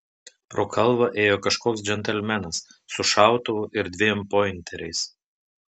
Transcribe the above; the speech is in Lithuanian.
pro kalvą ėjo kažkoks džentelmenas su šautuvu ir dviem pointeriais